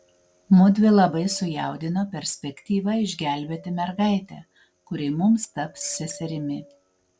mudvi labai sujaudino perspektyva išgelbėti mergaitę kuri mums taps seserimi